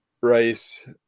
rice